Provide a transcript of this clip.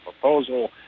proposal